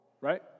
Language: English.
Right